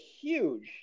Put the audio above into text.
huge